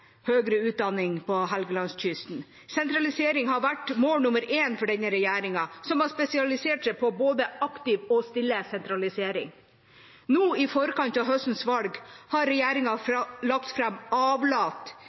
utdanning på Helgelandskysten. Sentralisering har vært mål nummer én for denne regjeringa, som har spesialisert seg på både aktiv og stille sentralisering. Nå, i forkant av høstens valg, har regjeringa lagt fram avlat